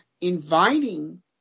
inviting